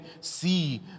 see